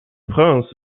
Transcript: prince